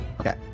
Okay